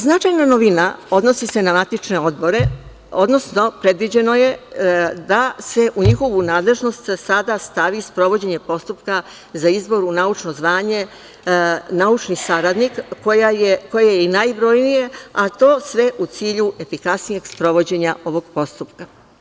Značajna novina odnosi se na matične odbore, odnosno predviđeno je da se u njihovu nadležnost za sada stavi sprovođenje postupka za izbor u naučno zvanje – naučni saradnik, koje je najbrojnije, a to sve u cilju efikasnijeg sprovođenja ovog postupka.